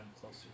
closer